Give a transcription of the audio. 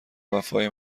وفای